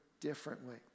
differently